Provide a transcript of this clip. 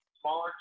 Smaller